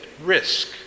risk